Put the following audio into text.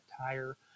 tire